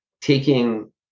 taking